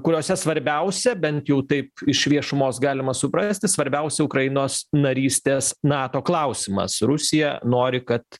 kuriose svarbiausia bent jau taip iš viešumos galima suprasti svarbiausia ukrainos narystės nato klausimas rusija nori kad